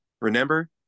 Remember